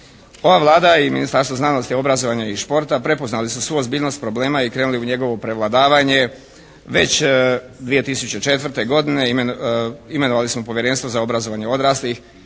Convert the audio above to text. Ova Vlada i Ministarstvo znanosti, obrazovanja i športa prepoznali su svu ozbiljnost problema i krenuli u njegovo prevladavanje. Već 2004. godine imenovali smo Povjerenstvo za obrazovanje odraslih,